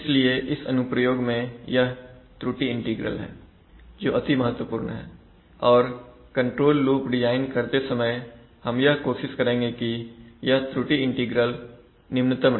इसलिए इस अनुप्रयोग में यह त्रुटि इंटीग्रल है जो अति महत्वपूर्ण है और कंट्रोल लूप डिजाइन करते समय हम यह कोशिश करेंगे कि यह त्रुटि इंटीग्रल निम्नतम रहे